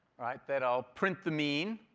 right, that i'll print the mean,